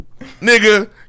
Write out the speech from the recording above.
Nigga